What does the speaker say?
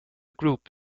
group